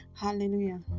hallelujah